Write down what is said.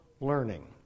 learning